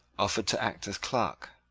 offered to act as clerk.